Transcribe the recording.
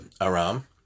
Aram